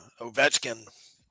Ovechkin